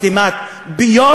זה סתימת פיות.